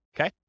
okay